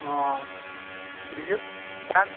अ बेयो दान